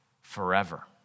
forever